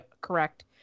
correct